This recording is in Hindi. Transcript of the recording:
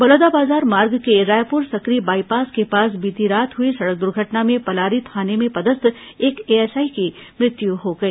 बलौदाबाजार मार्ग के रायपुर सकरी बायपास के पास बीती रात हुई सड़क दुर्घटना में पलारी थाने में पदस्थ एक एएसआई की मृत्यु हो गई